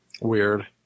Weird